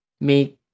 Make